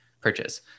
purchase